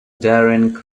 during